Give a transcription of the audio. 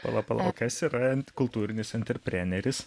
pala pala o kas yra kultūrinis antrepreneris